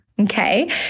Okay